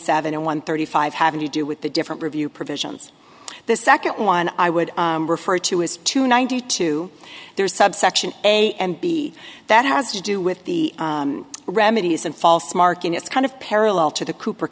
seven and one thirty five having to do with the different review provisions the second one i would refer to as two ninety two there's subsection a and b that has to do with the remedies and false marking it's kind of parallel to the cooper